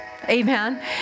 amen